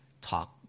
talk